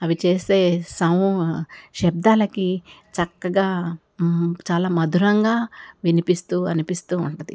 అవి చేసే సౌ శబ్దాలకి చక్కగా మ్ చాలా మధురంగా వినిపిస్తూ అనిపిస్తూ ఉంటుంది